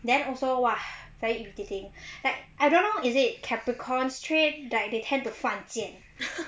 then also !wah! very irritating like I don't know is it capricorn's trait they tend to 犯贱